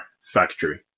factory